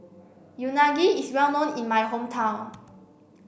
Unagi is well known in my hometown